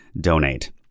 donate